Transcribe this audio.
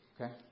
Okay